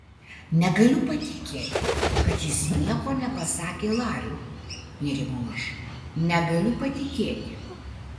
negaliu patikėti kad jis nieko nepasakė lariui nerimau aš negaliu patikėti